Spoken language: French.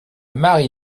mari